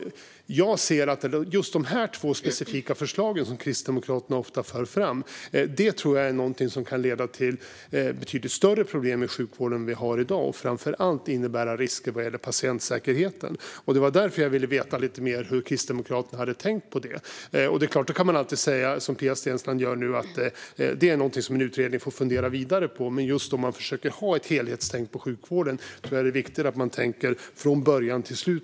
Jag ser alltså att just dessa två specifika förslag, som Kristdemokraterna ofta för fram, är någonting som kan leda till betydligt större problem i sjukvården än vi har i dag - och framför allt innebära risker vad gäller patientsäkerheten. Det var därför jag ville veta lite mer om hur Kristdemokraterna tänkt sig detta. Man kan självklart, som Pia Steensland gör nu, säga att en utredning får fundera vidare på detta, men om man försöker ha ett helhetstänk gällande sjukvården tror jag att det är viktigt att man tänker på vårdkedjan från början till slut.